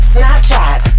Snapchat